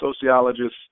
sociologists